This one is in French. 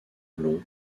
long